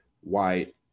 white